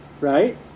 right